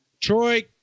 Troy